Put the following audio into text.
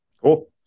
Cool